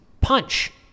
punch